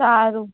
સારું